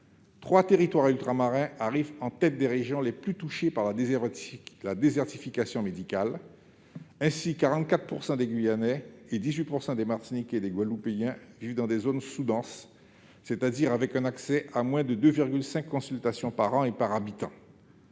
trois territoires ultramarins arrivent en tête des régions les plus touchées par la désertification médicale. Ainsi, 44 % des Guyanais et 18 % des Martiniquais et des Guadeloupéens vivent dans des zones sous-denses, c'est-à-dire avec un accès à moins de 2,5 consultations par an et par habitant.